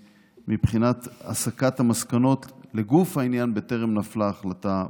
בבחינת הסקת המסקנות לגוף העניין בטרם נפלה החלטה בתיק.